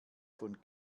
von